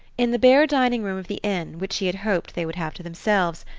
in the bare dining-room of the inn, which he had hoped they would have to themselves,